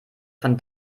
von